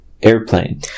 airplane